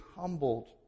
humbled